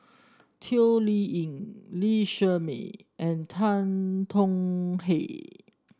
Toh Liying Lee Shermay and Tan Tong Hye